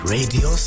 Radio